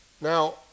Now